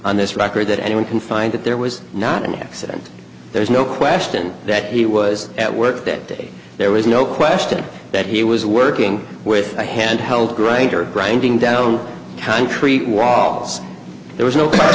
on this record that anyone can find that there was not an accident there is no question that he was at work that day there was no question that he was working with a handheld grinder grinding down concrete walls there was no